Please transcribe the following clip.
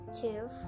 two